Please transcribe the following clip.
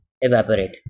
evaporate